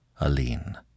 Aline